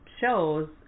shows